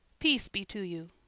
peace be to you.